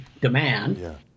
demand